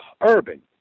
urban